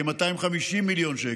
כ-250 מיליון שקל,